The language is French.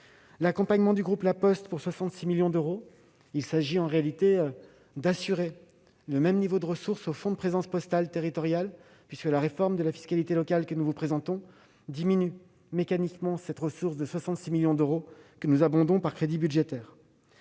l'accompagnement du groupe La Poste pour 66 millions d'euros : il s'agit d'assurer le même niveau de ressources au fonds postal national de péréquation territoriale, la réforme de la fiscalité locale que nous vous présentons diminuant mécaniquement cette ressource de 66 millions d'euros, que nous abondons par crédit budgétaire.